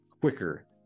quicker